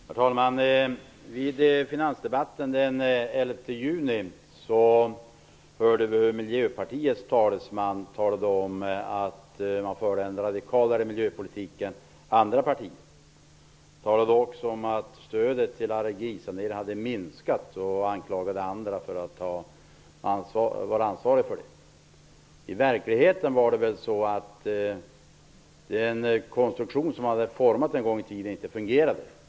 Herr talman! I finansdebatten den 11 juni hörde vi Miljöpartiets talesman tala om att Miljöpartiet förde en radikalare miljöpolitik än andra partier. Han talade också om att stödet till allergisanering hade minskat, och anklagade andra för att vara ansvariga för detta. I verkligheten var det så att den konstruktion man hade format en gång i tiden inte fungerade.